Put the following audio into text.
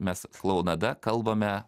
mes klounada kalbame